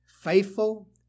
faithful